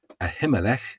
Ahimelech